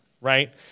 right